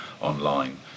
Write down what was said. online